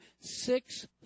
six